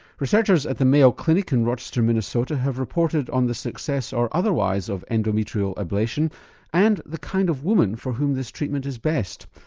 researchers at the mayo clinic in rochester minnesota have reported on the success or otherwise of endometrial ablation and the kind of woman for whom this treatment is best.